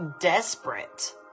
desperate